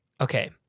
Okay